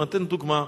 אני אתן דוגמה: